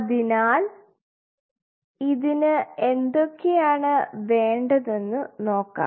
അതിനാൽ ഇതിന് എന്തൊക്കെയാണ് വേണ്ടതെന്നു നോക്കാം